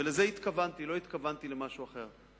לזה התכוונתי, לא התכוונתי למשהו אחר.